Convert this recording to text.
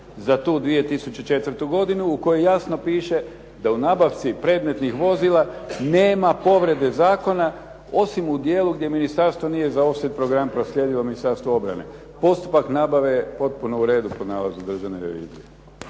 za tu 2004. godinu u kojoj jasno piše da u nabavci predmetnih vozila nema povrede zakona, osim u dijelu gdje ministarstvo nije … /Govornik se ne razumije./ … proslijedilo Ministarstvu obrane. Postupak nabave je potpuno u redu po nalazu Državne revizije.